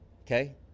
okay